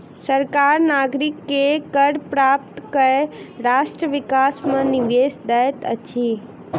सरकार नागरिक से कर प्राप्त कय राष्ट्र विकास मे निवेश दैत अछि